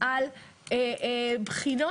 זה החלטה של ממונה.